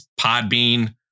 Podbean